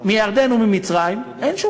משהו